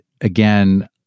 again